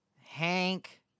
Hank